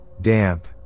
damp